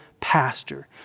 pastor